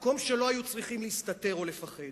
מקום שבו לא היו צריכים להסתתר או לפחד.